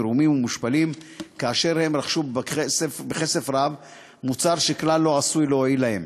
מרומים ומושפלים כאשר רכשו בכסף רב מוצר שכלל לא עשוי להועיל להם